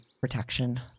protection